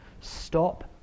Stop